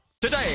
Today